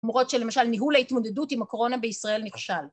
למרות שלמשל ניהול ההתמודדות עם הקורונה בישראל נכשל